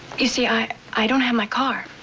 you see, i. i don't have my car.